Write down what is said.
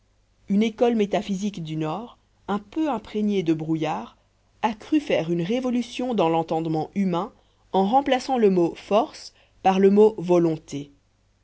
une école métaphysique du nord un peu imprégnée de brouillard a cru faire une révolution dans l'entendement humain en remplaçant le mot force par le mot volonté